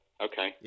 Okay